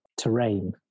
terrain